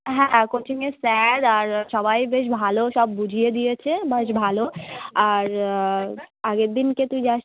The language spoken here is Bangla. হ্যাঁ কোচিংয়ে স্যার আর সবাই বেশ ভালো সব বুঝিয়ে দিয়েছে বেশ ভালো আর আগের দিনকে তুই যাস